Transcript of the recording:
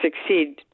succeed